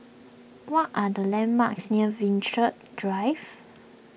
what are the landmarks near Drive